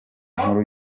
nkuru